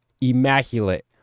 immaculate